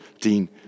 dean